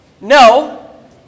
no